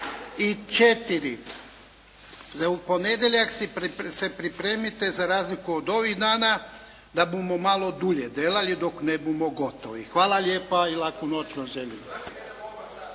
br. 84. U ponedjeljak se pripremite za razliku od ovih dana da bumo malo dulje delali dok ne bumo gotovi. Hvala lijepa i laku noć vam želim.